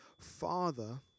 Father